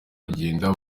kugenda